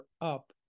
up